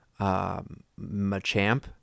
Machamp